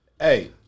Hey